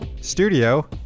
studio